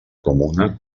comuna